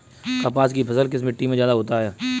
कपास की फसल किस मिट्टी में ज्यादा होता है?